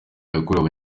yakorewe